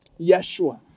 Yeshua